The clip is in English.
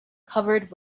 covered